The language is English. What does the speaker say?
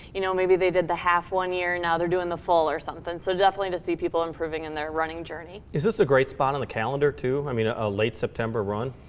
you know, maybe they did the half, one year, and now they're doing the full, or something. so, definitely to see people improving, in their running journey. is this a great spot on the calendar too? i mean, a late september run?